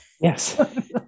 Yes